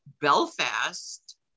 Belfast